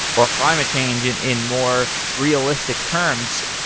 or climate change, in in more realistic terms.